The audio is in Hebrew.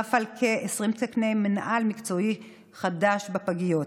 נוסף על כ-20 תקני מינהלן כמקצוע חדש בפגיות,